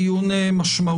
קיימנו דיון משמעותי,